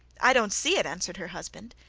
i don't see it, answered her husband.